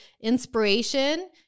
inspiration